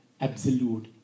absolute